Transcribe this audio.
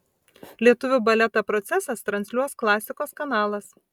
lietuvių baletą procesas transliuos klasikos kanalas